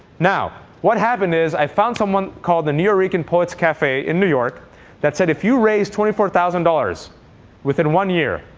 now what happened is i found someone called the nuyorican poets cafe in new york that said if you raise twenty four thousand dollars within one year,